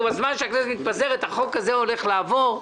או בזמן שהכנסת מתפזרת החוק הזה הולך לעבור,